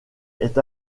est